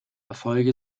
erfolge